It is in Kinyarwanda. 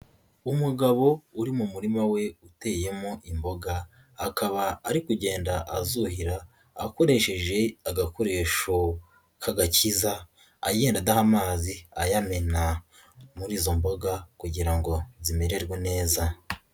Umugabo uri mu murima we uteyemo imboga, akaba ari kugenda azuhira, akoresheje agakoresho k'agakiza, agenda adaha amazi, ayamena muri izo mboga kugira ngo zimererwe neza.